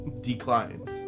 declines